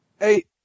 Eight